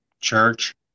Church